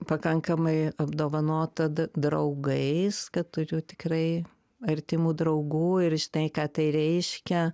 pakankamai apdovanota draugais kad turiu tikrai artimų draugų ir žinai ką tai reiškia